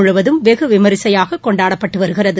முழுவதும் வெகு விமரிசையாக கொண்டாடப்பட்டு வருகிறது